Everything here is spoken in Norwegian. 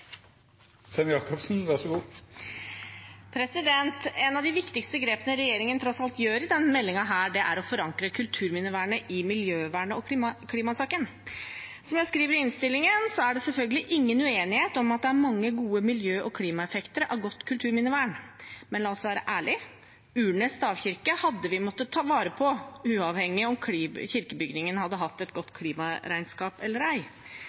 av de viktigste grepene regjeringen tross alt tar i denne meldingen, er å forankre kulturminnevernet i miljøvernet og klimasaken. Som vi skriver i innstillingen, er det selvfølgelig ingen uenighet om at det er mange gode miljø- og klimaeffekter av godt kulturminnevern. Men la oss være ærlige: Urnes stavkyrkje hadde vi måttet ta vare på, uavhengig av om kirkebygningen hadde hatt et godt klimaregnskap eller ei.